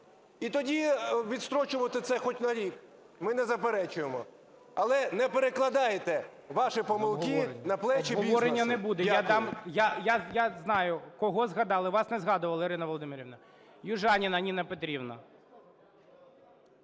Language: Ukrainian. і тоді відстрочувати це хоч на рік, ми не заперечуємо. Але не перекладайте ваші помилки на плечі бізнесу.